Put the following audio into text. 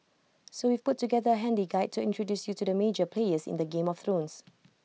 so we've put together A handy guide to introduce you to the major players in this game of thrones